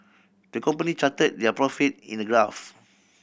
the company charted their profit in a graph